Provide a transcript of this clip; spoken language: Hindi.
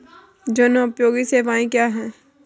जनोपयोगी सेवाएँ क्या हैं?